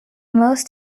most